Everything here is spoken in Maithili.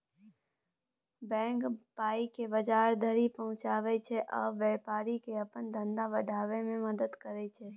बैंक पाइकेँ बजार धरि पहुँचाबै छै आ बेपारीकेँ अपन धंधा बढ़ाबै मे मदद करय छै